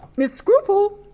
miss scruple?